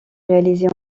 réalisée